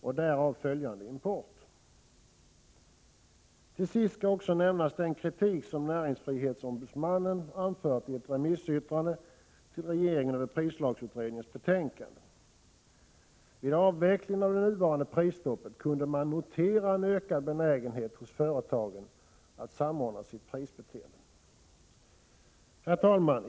och därav följande import. Till sist skall också nämnas den kritik som näringsfrihetsombudsmannen anfört i ett remissyttrande till regeringen över prislagsutredningens betänkande. Vid avvecklingen av det senaste prisstoppet kunde man notera en ökad benägenhet hos företagen att samordna sitt prisbeteende. Herr talman!